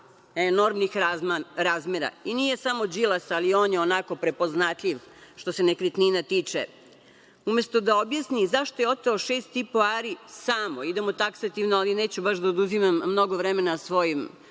enormnih razmera, i nije samo Đilasa, ali on je onako prepoznatljiv što se nekretnina tiče. Umesto da objasni zašto je oteo 6,5 ari, samo, idemo taksativno, ali neću baš da oduzimam mnogo vremena svojim